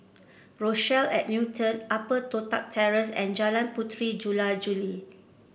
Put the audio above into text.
Rochelle At Newton Upper Toh Tuck Terrace and Jalan Puteri Jula Juli